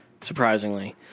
surprisingly